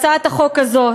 הצעת החוק הזאת,